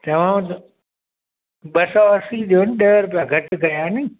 ॾियांव थो ॿ सौ असी ॾियो न ॾह रूपिया घटि कया आहिनि